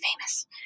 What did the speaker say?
famous